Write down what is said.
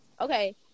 Okay